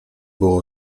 było